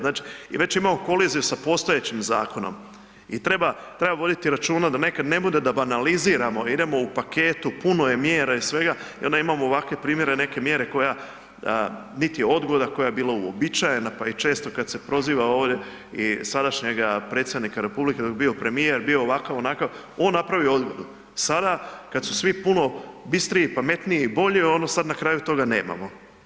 Znači, već imamo koliziju sa postojećim zakonom i treba, treba voditi računa da nekad ne bude da banaliziramo, idemo u paketu, puno je mjera i svega i onda imamo ovakve primjere neke mjere koja nit je odgoda koja je bila uobičajena, pa i često kad se proziva ovdje i sadašnjega predsjednika republike dok je bio premijer, bio ovakav onakav, on napravio …/nerazumljivo/… sada kad su svi puno bistriji, pametniji i bolji sada na kraju toga nemamo.